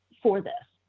for this.